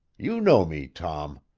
you know me, tom.